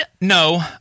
no